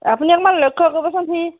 আপুনি অকণমান লক্ষ্য কৰিবচোন সি